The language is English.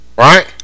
Right